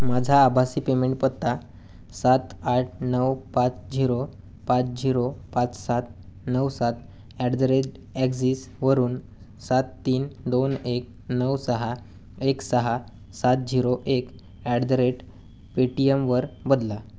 माझा आभासी पेमेंट पत्ता सात आठ नऊ पाच झिरो पाच झिरो पाच सात नऊ सात ॲट द रेट ॲक्झिस वरून सात तीन दोन एक नऊ सहा एक सहा सात झिरो एक ॲट द रेट पेटीएमवर बदला